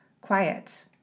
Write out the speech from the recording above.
quiet